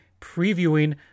previewing